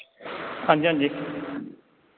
हांजी हांजी